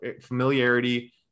familiarity